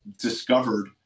discovered